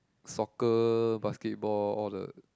soccer basketball all the